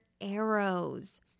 arrows